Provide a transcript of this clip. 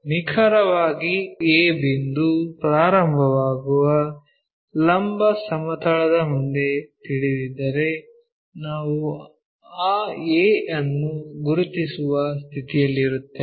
ನಿಖರವಾಗಿ a ಬಿಂದು ಪ್ರಾರಂಭವಾಗುವ ಲಂಬ ಸಮತಲದ ಮುಂದೆ ತಿಳಿದಿದ್ದರೆ ನಾವು ಆ a ಅನ್ನು ಗುರುತಿಸುವ ಸ್ಥಿತಿಯಲ್ಲಿರುತ್ತೇವೆ